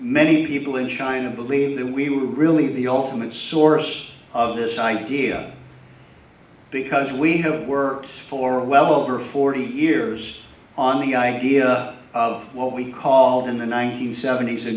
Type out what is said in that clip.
many people in china believe that we were really the ultimate source of this idea because we have worked for well over forty years on the idea of what we called in the one nine hundred seventy s a